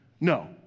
No